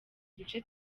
duce